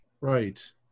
Right